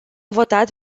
votat